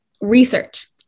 research